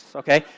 okay